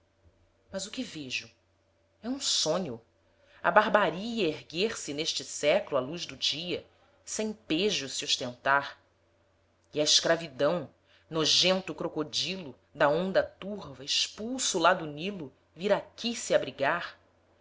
mas o que vejo é um sonho a barbaria erguer-se neste séc'lo à luz do dia sem pejo se ostentar e a escravidão nojento crocodilo da onda turva expulso lá do nilo vir aqui se abrigar